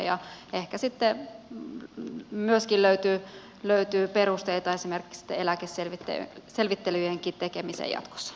ja ehkä sitten myöskin löytyy perusteita esimerkiksi eläkeselvittelyjen tekemiseen jatkossa